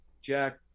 Jack